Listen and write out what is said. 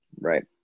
Right